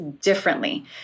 differently